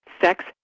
Sex